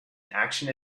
action